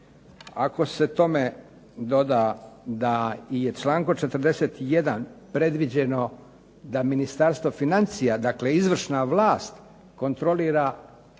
Ako se tome doda da je člankom 41. predviđeno da Ministarstvo financija, dakle izvršna vlast, kontrolira